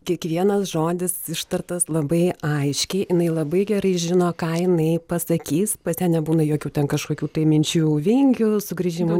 kiekvienas žodis ištartas labai aiškiai jinai labai gerai žino ką inai pasakys pas ją nebūna jokių ten kažkokių tai minčių vingių sugrįžimų